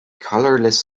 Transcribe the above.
colorless